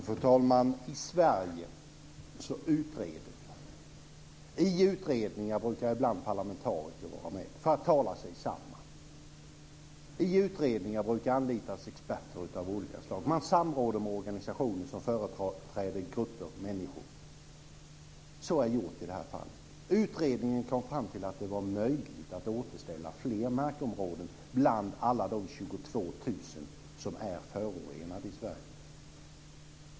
Fru talman! I Sverige utreder vi. I utredningar brukar ibland parlamentariker vara med för att tala sig samman. I utredningar brukar man anlita experter av olika slag. Man samråder med organisationer som företräder grupper av människor. Så har skett i det här fallet. Utredningen kom fram till att det var möjligt att återställa fler markområden bland alla de 22 000 som är förorenade i Sverige.